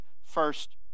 first